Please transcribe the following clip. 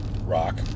Rock